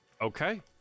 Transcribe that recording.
Okay